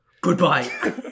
Goodbye